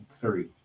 Three